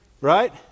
right